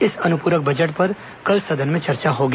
इस अनुप्रक बजट पर कल सदन में चर्चा होगी